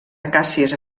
acàcies